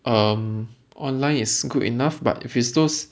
um online is good enough but if it's those